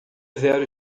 zero